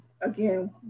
again